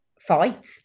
fight